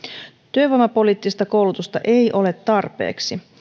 työvoimapoliittista koulutusta ei ole tarpeeksi